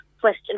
question